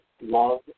love